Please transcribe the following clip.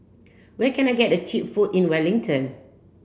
where can I get cheap food in Wellington